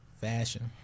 fashion